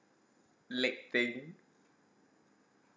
leg thing